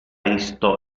isto